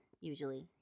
usually